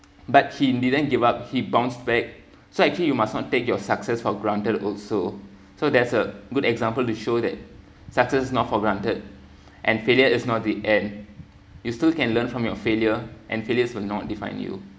but he didn't give up he bounced back so actually you must not take your success for granted also so there's a good example to show that success is not for granted and failure is not the end you still can learn from your failure and failures will not define you